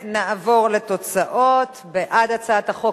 ונעבור לתוצאות: בעד הצעת החוק,